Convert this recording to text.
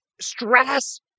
stress